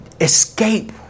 escape